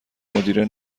مدیره